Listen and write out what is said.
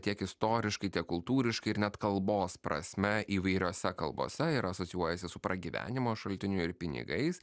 tiek istoriškai tiek kultūriškai ir net kalbos prasme įvairiose kalbose yra asocijuojasi su pragyvenimo šaltiniu ir pinigais